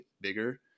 bigger